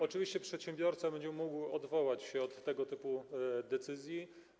Oczywiście przedsiębiorca będzie mógł odwołać się od tego typu decyzji.